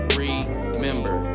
remember